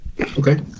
Okay